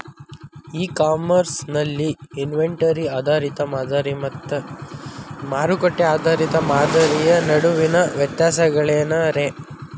E commerce ನಲ್ಲಿ inventory ಆಧಾರಿತ ಮಾದರಿ ಮತ್ತ ಮಾರುಕಟ್ಟೆ ಆಧಾರಿತ ಮಾದರಿಯ ನಡುವಿನ ವ್ಯತ್ಯಾಸಗಳೇನ ರೇ?